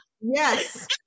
yes